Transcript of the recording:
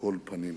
כל פנים."